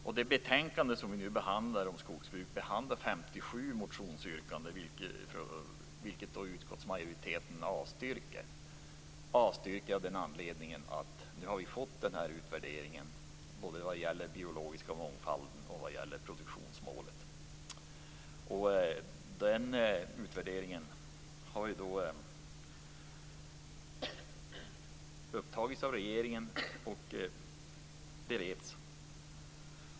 I det betänkande om skogsbruket som vi nu debatterar behandlas 57 motionsyrkanden som avstyrks av utskottsmajoriteten med hänvisning till att utvärderingen om den biologiska mångfalden och om produktionsmålet har genomförts. Den utvärderingen har genomförts av regeringen och bereds.